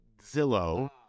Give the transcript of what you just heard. Zillow